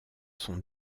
sont